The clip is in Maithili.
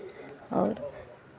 आओर